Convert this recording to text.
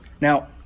Now